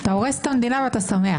אתה הורס את המדינה ואתה שמח.